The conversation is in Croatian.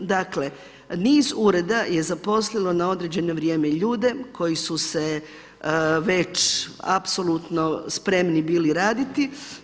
Dakle, niz ureda je zaposlilo na određeno vrijeme ljude koji su se već apsolutno spremni bili raditi.